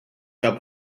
cup